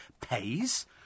pays